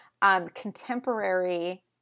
contemporary